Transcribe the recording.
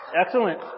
Excellent